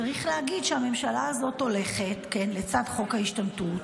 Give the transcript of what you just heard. צריך להגיד שהממשלה הזאת הולכת לצד חוק ההשתמטות